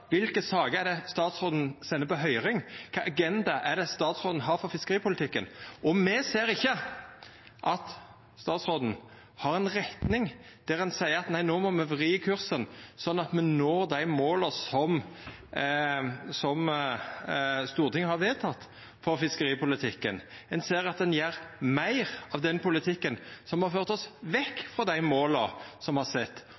kva saker det er statsråden sender på høyring, kva agenda statsråden har for fiskeripolitikken. Me ser ikkje at statsråden har ei retning der han seier at nei, no må me vri kursen slik at me når dei måla som Stortinget har vedteke for fiskeripolitikken. Ein ser at ein gjer meir av den politikken som har ført oss vekk frå dei måla me har sett,